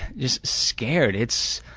just scared, it's.